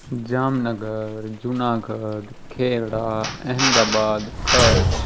Jamnagar Junagadh Kheda Ahmedabad Kutch